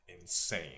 insane